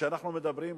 כשאנחנו מדברים,